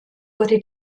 wurde